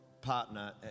partner